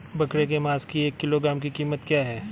बकरे के मांस की एक किलोग्राम की कीमत क्या है?